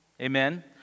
Amen